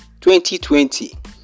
2020